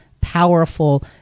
powerful